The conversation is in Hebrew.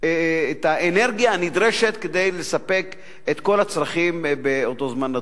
האנרגיה הנדרשת כדי לספק את כל הצרכים באותו זמן נתון.